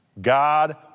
God